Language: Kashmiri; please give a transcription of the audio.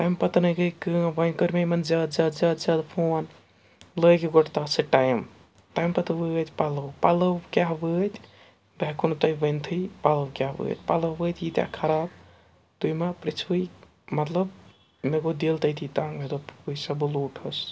تَمہِ پَتہ نَے گٔے کٲم وۄنۍ کٔر مےٚ یِمَن زیادٕ زیادٕ زیادٕ زیادٕ فون لٲگِکھ گۄڈٕ تَتھ سۭتۍ ٹایم تَمہِ پَتہٕ وٲتۍ پَلو پَلو کیٛاہ وٲتۍ بہٕ ہٮ۪کو نہٕ تۄہہِ ؤنۍتھٕے پَلَو کیٛاہ وٲتۍ پَلَو وٲتۍ ییٖتیٛاہ خراب تُہۍ ما پرٛژھوٕے مطلب مےٚ گوٚو دِل تٔتی تنگ مےٚ دوٚپ وٕچھ سا بہٕ لوٗٹ ہس